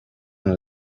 and